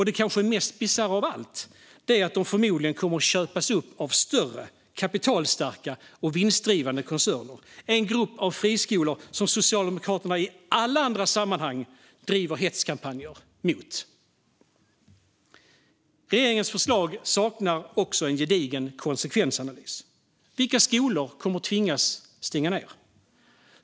Det kanske mest bisarra av allt är att de förmodligen kommer att köpas upp av större, kapitalstarka och vinstdrivande koncerner - en grupp av friskolor som Socialdemokraterna i alla andra sammanhang driver hetskampanjer mot. Regeringens förslag saknar också en gedigen konsekvensanalys. Vilka skolor kommer att tvingas stänga?